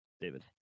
david